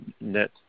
net